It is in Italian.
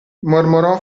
mormorò